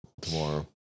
tomorrow